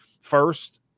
first